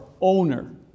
owner